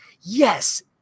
yes